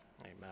Amen